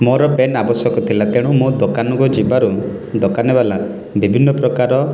ମୋର ପେନ୍ ଆବଶ୍ୟକ ଥିଲା ତେଣୁ ମୁଁ ଦୋକାନକୁ ଯିବାରୁ ଦୋକାନୀ ବାଲା ବିଭିନ୍ନ ପ୍ରକାର